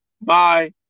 Bye